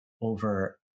over